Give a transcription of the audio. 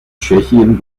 tschechien